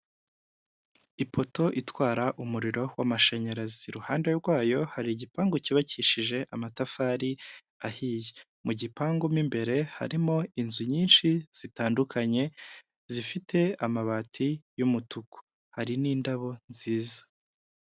Ipoto itwara umuriro w'amashanyarazi. Iruhande rwayo hari igipangu cyubakishije amatafari ahiye. Mu gipangu mo imbere harimo inzu nyinshi zitandukanye, zifite amabati y'umutuku. Hari n'indabo nziza.